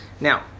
Now